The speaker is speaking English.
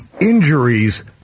injuries